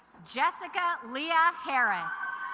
jessica lea ah harris